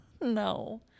No